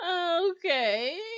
Okay